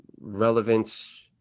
relevance